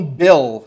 bill